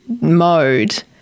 mode